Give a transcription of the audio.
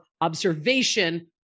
observation